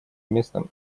местном